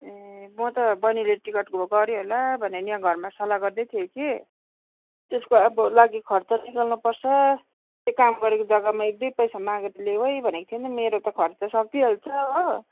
ए म त बैनीले टिकटहरू गऱ्यो होला भने नि यहाँ घरमा सल्लाह गर्दै थिएँ कि त्यसको अब लागि खर्च निकाल्नपर्छ त्यही काम गरेको जग्गामा एक दुई पैसा मागेर ल्याऊ है भनेको थियो नि त मेरो त खर्च सकिहाल्छ हो